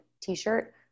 t-shirt